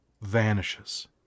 vanishes